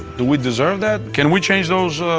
do we deserve that? can we change those